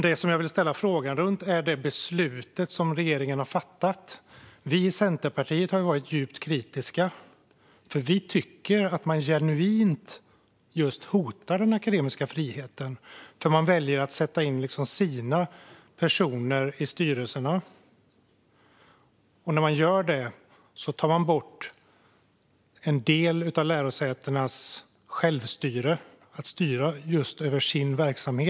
Det jag vill fråga rör det beslut som regeringen har fattat. Vi i Centerpartiet har varit djupt kritiska. Vi tycker att man genuint hotar den akademiska friheten. Man väljer att sätta in sina personer i styrelserna. När man gör det tar man bort en del av lärosätenas självstyre att styra över sin verksamhet.